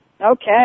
Okay